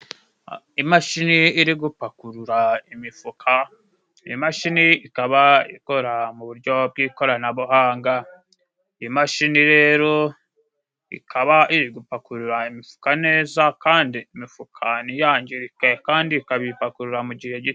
Imashini iri gupakurura imifuka, imashini ikaba ikora mu buryo bw'ikoranabuhanga, imashini rero ikaba iri gupakurura imifuka neza, kandi imifuka ntiyangirike, kandi ikabipakurura mu gihe gito.